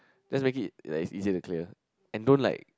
just make it like it's easier to clear and don't like